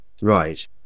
Right